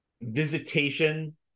visitation